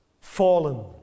Fallen